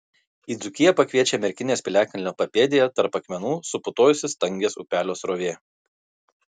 į dzūkiją pakviečia merkinės piliakalnio papėdėje tarp akmenų suputojusi stangės upelio srovė